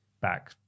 back